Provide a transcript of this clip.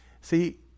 See